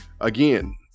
Again